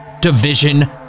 Division